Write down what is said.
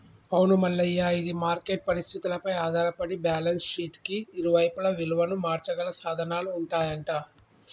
అవును మల్లయ్య ఇది మార్కెట్ పరిస్థితులపై ఆధారపడి బ్యాలెన్స్ షీట్ కి ఇరువైపులా విలువను మార్చగల సాధనాలు ఉంటాయంట